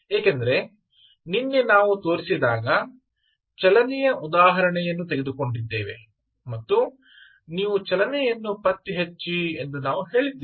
ಏಕೆಂದರೆ ನಿನ್ನೆ ನಾವು ತೋರಿಸಿದಾಗ ಚಲನೆಯ ಉದಾಹರಣೆಯನ್ನು ತೆಗೆದುಕೊಂಡಿದ್ದೇವೆ ಮತ್ತು ನೀವು ಚಲನೆಯನ್ನು ಪತ್ತೆಹಚ್ಚಿ ಎಂದು ನಾವು ಹೇಳಿದ್ದೇವೆ